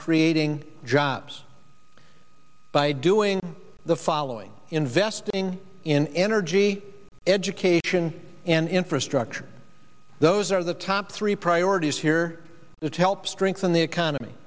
creating jobs by doing the following investing in energy education and infrastructure those are the top three priorities here that help strengthen the economy